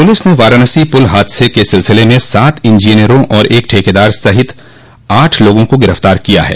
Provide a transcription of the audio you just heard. police ने वाराणसी पुल हादसे क सिलसिले में सात इंजीनियरों और एक ठेकेदार सहित आठ लोगों को गिरफ्तार किया है